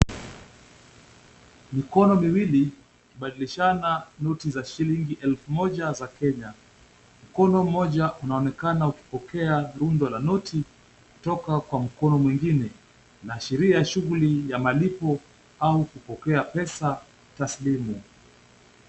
Mikono miwili, kubadilishana noti za shilingi elfu moja za Kenya. Mkono mmoja unaonekana ukipokea bunda la noti, kutoka kwa mkono mwingine, inaashiria shughuli ya malipo, au kupokea pesa taslimu.